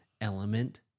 element